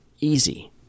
easy